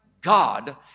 God